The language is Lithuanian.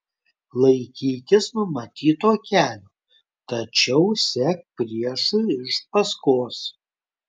laikykis numatyto kelio tačiau sek priešui iš paskos